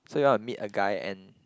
so you want to meet a guy and